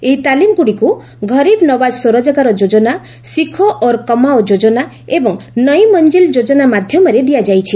ଏହି ତାଲିମଗୁଡ଼ିକୁ ଘରିବ୍ ନବାଜ ସ୍ୱରୋଜଗାର ଯୋଜନା ଶିଖୋ ଔର କମାଓ ଯୋଜନା ଏବଂ ନଇମଞ୍ଜିଲ୍ ଯୋଜନା ମାଧ୍ୟମରେ ଦିଆଯାଇଛି